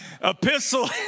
epistle